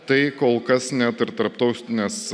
tai kol kas net ir tarptautinės